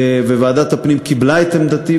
וועדת הפנים קיבלה את עמדתי,